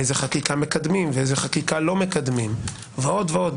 איזה חקיקה מקדמים ואיזו לא מקדמים ועוד ועוד,